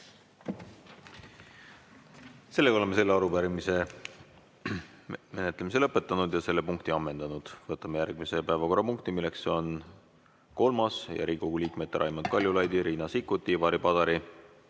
Oleme selle arupärimise menetlemise lõpetanud ja selle punkti ammendanud. Võtame ette järgmise päevakorrapunkti, mis on kolmas: Riigikogu liikmete Raimond Kaljulaidi, Riina Sikkuti, Ivari Padari,